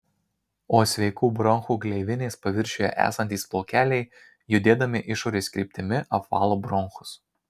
o sveikų bronchų gleivinės paviršiuje esantys plaukeliai judėdami išorės kryptimi apvalo bronchus